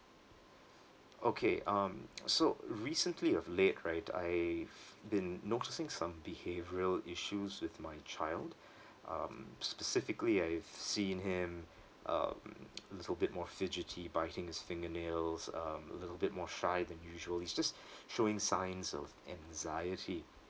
okay um so recently of late right I've been noticing some behavioural issues with my child um specifically I've seen him um a little bit more fidgety biting his fingernails um a little bit more shy than usual he's just showing signs of anxiety